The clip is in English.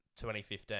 2015